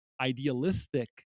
idealistic